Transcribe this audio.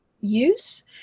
use